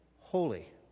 holy